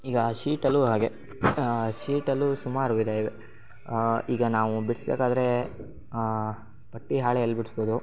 ಈಗ ಶೀಟಲ್ಲೂ ಹಾಗೇ ಶೀಟಲ್ಲೂ ಸುಮಾರು ವಿಧ ಇದೆ ಈಗ ನಾವು ಬಿಡಿಸ್ಬೇಕಾದ್ರೆ ಪಟ್ಟಿ ಹಾಳೆಯಲ್ಲಿ ಬಿಡಿಸ್ಬೋದು